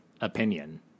opinion